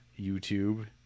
YouTube